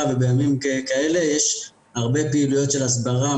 ובימים כאלה יש הרבה פעילויות של הסברה,